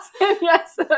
Yes